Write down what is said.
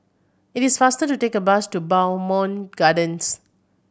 it is faster to take a bus to Bowmont Gardens